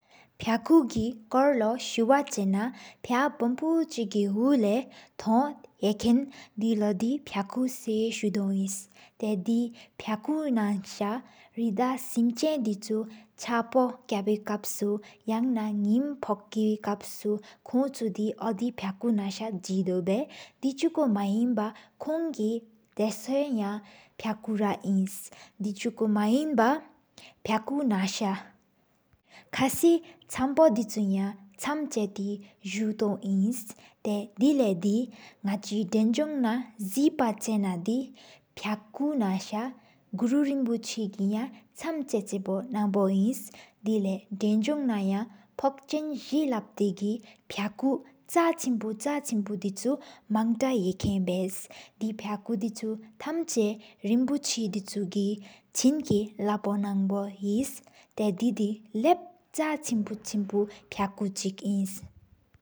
ཕག་གིས་སྐོར་ལོ་གསུམ་ལ་ཕག་བྷམྦོ་གཅིག་གིས། ཧོགས་ལས་སྟོང་ཡེམས་དེ་ལོ་དེའི་ཕག་སེ་སུདོ་ཡིན། ཐེའུ་དེ་ཕག་ན་སྐྲ་རེ་སིམ་ཆ་དིན་ཆུ། ཆབ་པོ་ཀ་བི་ཀ་མའུ་ཡ་ན་ནིམ་ཕོ་ཀས་སྐོར། ཀོང་གཅུ་དེ་ཨོ་དི་ཕག་ན་སི་ཟེ་སྟོགས་བབས། དིན་ཆུ་སྐུ་རྨ་མ་ཧན་བཀོང་གིས་དེ་ཀི་ཡ་ཕག། ར་ལིན་དིད་སྐུ་རྨ་མ་ཧན་བག་ན་ཤ། ཁ་བསྟན་ཆམ་བོ་དིན་ཆུ་ཡ་བྱམ་ལེགས་ལྟེ། ད་ཐོག་ལིན་ཐེའུ་དེ་ལས་དེ་ནག་ཆེས་བརྒྱལ་མི་རབ་ཟ་སྒ་གུ་རོ་རིན་པོ་ཆེ། གི་ཆམ་བྱམ་བོ་ནང་བོ་རིན། དེ་ལས་བརྒྱལ་བྱེད་སུ་དེ་ན་ཡ་ཕོཚིན་ཟེ། ལབ་སྟེ་གིས་ཕག་ཚ་ཕག་ཚྭ་ཕག་་ཕག་ཆུན་བུ། མང་ཱ་ཡེབས་མ་དྷེ་བག་སྟབས་གིས། ཕག་དིན་ཆུ་ཐམ་ཆ་རིན་པོ་ཆི་སྐུ་གི། ཕག་ནིང་བོ་ནང་པོ་ཧེ། ཐེའུ་དེ་དི་ལབེ་ཚ་ཆེ་ཕག་ཅིག་ཡིན།